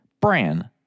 Bran